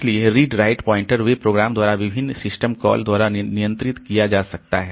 इसलिए यह read write pointers वे प्रोग्राम द्वारा विभिन्न सिस्टम कॉल द्वारा नियंत्रित किया जा सकता है